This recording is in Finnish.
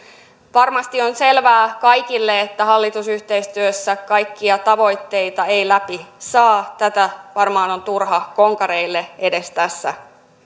varmasti on selvää kaikille että hallitusyhteistyössä kaikkia tavoitteita ei läpi saa tätä varmaan on turha konkareille edes tässä